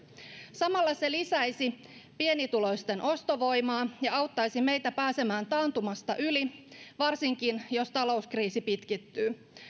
samalla se lisäisi pienituloisten ostovoimaa ja auttaisi meitä pääsemään taantumasta yli varsinkin jos talouskriisi pitkittyy